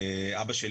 יש לי רופא אישי,